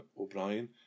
O'Brien